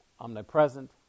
omnipresent